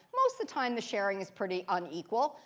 most of the time, the sharing is pretty unequal,